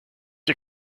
ihr